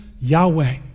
Yahweh